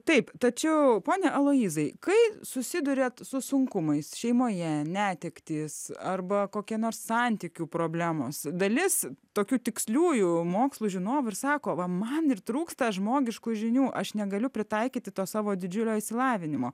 taip tačiau pone aloyzai kai susiduriate su sunkumais šeimoje netektys arba kokia nors santykių problemos dalis tokių tiksliųjų mokslų žinovų ir sako va man ir trūksta žmogiškų žinių aš negaliu pritaikyti to savo didžiulio išsilavinimo